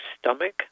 stomach